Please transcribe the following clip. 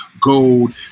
gold